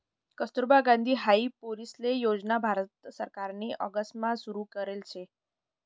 कस्तुरबा गांधी हाई पोरीसले योजना भारत सरकारनी ऑगस्ट मा सुरु करेल शे